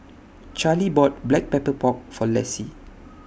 Charley bought Black Pepper Pork For Lessie